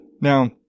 Now